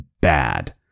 bad